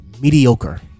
Mediocre